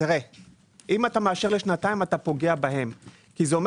אם אתה מאשר לשנתיים אתה פוגע בהם כי זה אומר